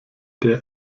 der